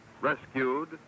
Rescued